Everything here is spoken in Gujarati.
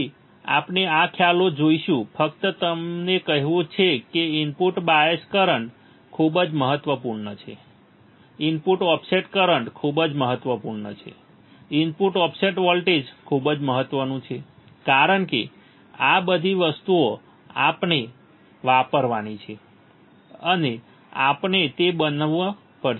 તેથી આપણે આ ખ્યાલો જોઈશું ફક્ત તમને કહેવું છે કે ઇનપુટ બાયઝ કરંટ ખૂબ જ મહત્વપૂર્ણ છે ઇનપુટ ઓફસેટ કરંટ ખૂબ જ મહત્વપૂર્ણ છે ઇનપુટ ઓફસેટ વોલ્ટેજ ખૂબ મહત્વનું છે કારણ કે આ બધી વસ્તુઓ આપણે વાપરવાની છે અને આપણે તે બનાવવું પડશે